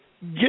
get